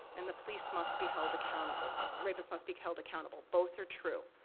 and the police must be held accountable. rapists must be held accountable. both are true.